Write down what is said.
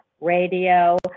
Radio